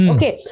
Okay